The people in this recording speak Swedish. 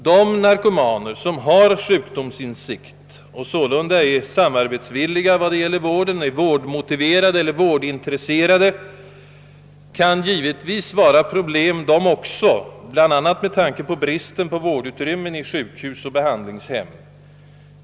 De narkomaner som har sjukdomsinsikt och sålunda är samarbetsvilliga, är vårdmotiverade eller vårdintresserade, kan givetvis utgöra ett problem, bl.a. med tanke på bristen på vårdutrymmen på sjukhus och behandlingshem.